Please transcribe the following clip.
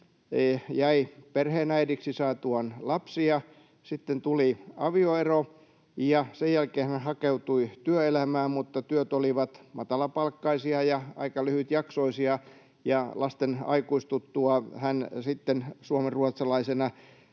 jäi perheenäidiksi saatuaan lapsia. Sitten tuli avioero, ja sen jälkeen hän hakeutui työelämään, mutta työt olivat matalapalkkaisia ja aika lyhytjaksoisia, ja lasten aikuistuttua hän sitten suomenruotsalaisena